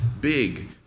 big